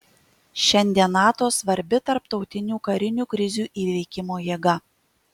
šiandien nato svarbi tarptautinių karinių krizių įveikimo jėga